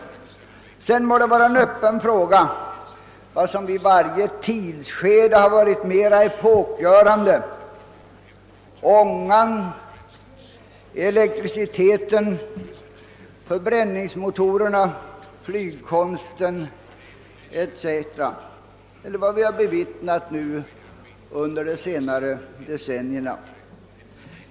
Sedan må det vara en öppen fråga vad som i varje tids "skede varit det mest epokgörande: ångan, elektriciteten, förbränningsmotorerna, flygkonsten etc., eller vad vi har bevittnat nu under de senaste decennierna.